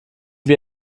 wir